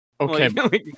Okay